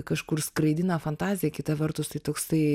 kažkur skraidina fantazija kita vertus tai toksai